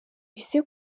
ese